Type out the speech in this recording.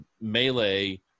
melee –